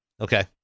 Okay